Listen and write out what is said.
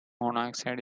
monoxide